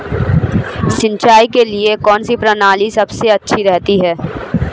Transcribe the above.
सिंचाई के लिए कौनसी प्रणाली सबसे अच्छी रहती है?